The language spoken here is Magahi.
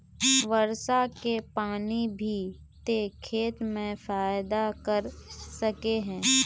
वर्षा के पानी भी ते खेत में फायदा कर सके है?